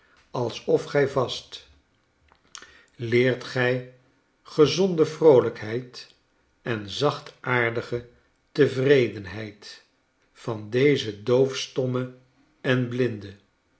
alsof gij vast leert gij gezonde vroolijkheid en zachtaardige tevredenheid van deze doofstomme en blinde